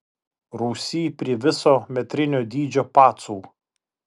rūsy priviso metrinio dydžio pacų